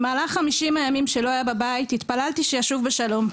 במהלך 50 הימים שלא היה בבית התפללתי שישוב בשלום.